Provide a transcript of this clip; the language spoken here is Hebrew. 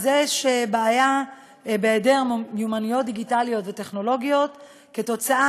אז יש בעיה של היעדר מיומנויות דיגיטליות וטכנולוגיות כתוצאה